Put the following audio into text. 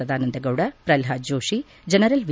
Sadananda Gowda Pralhad Joshi general V